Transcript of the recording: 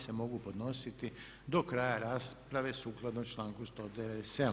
se mogu podnositi do kraja rasprave sukladno članku 197.